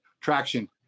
traction